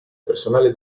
personale